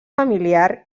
familiar